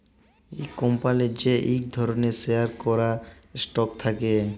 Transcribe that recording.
ইক কম্পলির যে ইক ধরলের শেয়ার ক্যরা স্টক থাক্যে